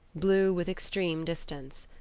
blue with extreme distance.